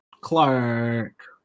Clark